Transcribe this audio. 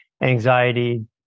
anxiety